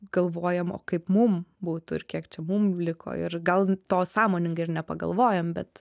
galvojam o kaip mum būtų ir kiek čia mum liko ir gal to sąmoningai ir nepagalvojam bet